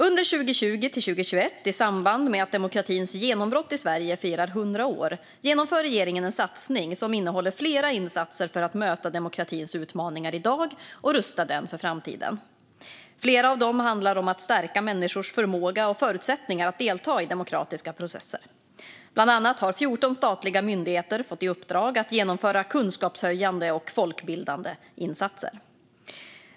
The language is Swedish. Under 2020-2021, i samband med att demokratins genombrott i Sverige firar 100 år, genomför regeringen en satsning som innehåller flera insatser för att möta demokratins utmaningar i dag och rusta den för framtiden. Flera av dem handlar om att stärka människors förmåga och förutsättningar att delta i demokratiska processer. Bland annat har 14 statliga myndigheter fått i uppdrag att genomföra kunskapshöjande och folkbildande insatser.